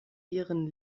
ihren